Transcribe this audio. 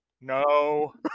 no